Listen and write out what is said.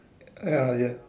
ya ya